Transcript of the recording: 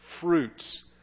fruits